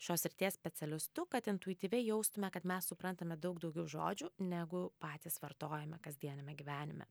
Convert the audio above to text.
šios srities specialistu kad intuityviai jaustume kad mes suprantame daug daugiau žodžių negu patys vartojame kasdieniame gyvenime